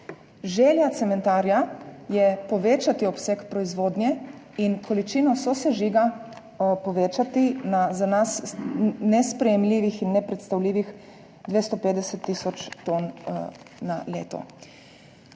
Želja cementarja je povečati obseg proizvodnje in količino sosežiga povečati na za nas nesprejemljivih in nepredstavljivih 250 tisoč ton na leto.